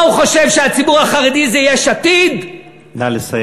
מה, הוא חושב שהציבור החרדי זה יש עתיד, נא לסיים.